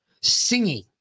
singing